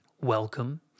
welcome